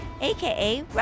aka